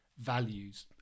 values